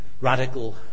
radical